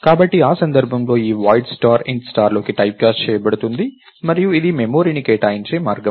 కాబట్టి ఈ సందర్భంలో ఈ వాయిడ్ స్టార్ int స్టార్ లోకి టైప్కాస్ట్ చేయబడుతుంది మరియు ఇది మెమరీని కేటాయించే మార్గం